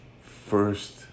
first